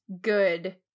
good